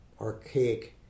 archaic